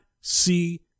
see